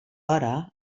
hora